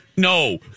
No